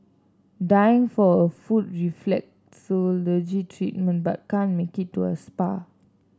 dying for a foot reflexology treatment but can't make it to a spa